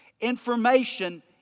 Information